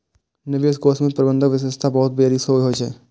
निवेश कोष मे प्रबंधन विशेषज्ञता बहुत बेसी होइ छै